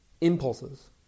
impulses